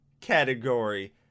category